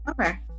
Okay